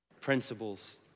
principles